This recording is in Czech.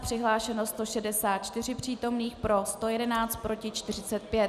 Přihlášeno 164 přítomných, pro 111, proti 45.